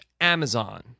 amazon